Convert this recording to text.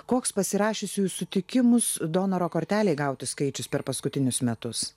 koks pasirašiusiųjų sutikimus donoro kortelei gauti skaičius per paskutinius metus